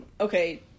okay